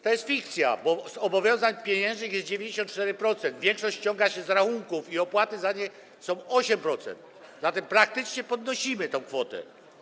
To jest fikcja, bo zobowiązań pieniężnych jest 94%, większość ściąga się z rachunków i opłaty za nie wynoszą 8%, zatem praktycznie podnosimy tę kwotę.